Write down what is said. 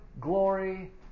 glory